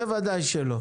זה ודאי שלא.